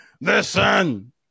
Listen